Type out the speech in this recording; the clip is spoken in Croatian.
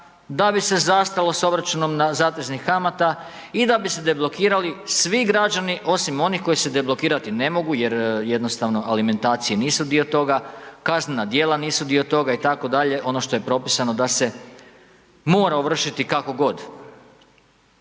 da bi se zastalo sa obračunom zateznih kamata i da bi se deblokirali svi građani osim onih koji se deblokirati ne mogu jer jednostavno alimentacije nisu dio toga, kaznena djela nisu dio toga itd., ono što je propisano da se mora ovršiti kakogod.